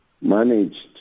managed